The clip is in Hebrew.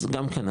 אז גם כן,